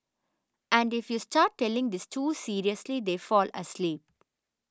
and if you start telling this too seriously they fall asleep